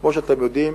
כמו שאתם יודעים,